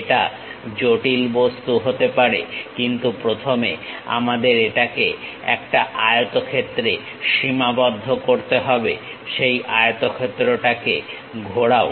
এটা জটিল বস্তু হতে পারে কিন্তু প্রথমে আমাদের এটাকে একটা আয়তক্ষেত্রে সীমাবদ্ধ করতে হবে সেই আয়তক্ষেত্রটাকে ঘোরাও